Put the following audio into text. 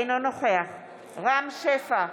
אינו נוכח רם שפע,